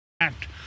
act